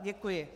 Děkuji.